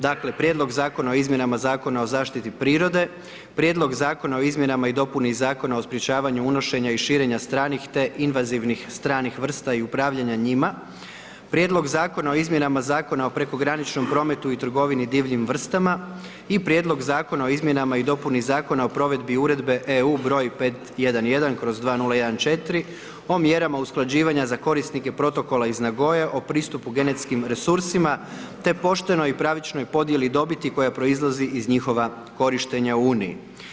Dakle, Prijedlog zakona o izmjenama Zakona o zaštiti prirode, Prijedlog zakona o izmjenama i dopuni Zakona o sprječavanju unošenja i širenja stranih te invazivnih stranih vrsta i upravljanja njima, Prijedlog zakona o izmjenama Zakona o prekograničnom prometu i trgovini divljim vrstama i Prijedlog zakona o izmjenama i dopuni Zakona o provedbi uredbe EU br. 511/2014 o mjerama usklađivanja za korisnike protokola iz Nagoye o pristupu genetskih resursima te poštenoj i pravičnoj podjeli dobiti koja proizlazi iz njihova korištenja u Uniji.